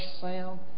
sound